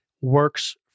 works